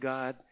God